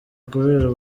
kubera